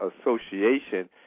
association